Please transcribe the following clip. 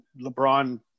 lebron